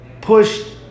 pushed